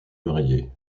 marier